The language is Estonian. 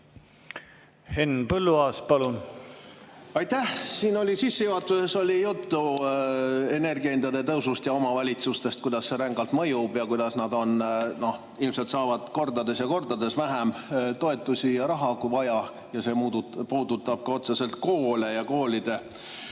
Henn Põlluaas, palun! Aitäh! Siin sissejuhatuses oli juttu energia hindade tõusust ja omavalitsustest, kuidas see rängalt mõjub ja kuidas nad ilmselt saavad kordades ja kordades vähem toetusi ja raha kui vaja. See puudutab otseselt ka koole ja koolide